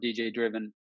DJ-driven